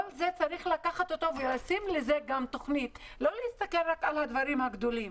צריך להכין תכנית גם להם ולא להסתכל רק על הדברים הגדולים.